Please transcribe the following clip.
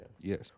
Yes